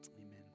Amen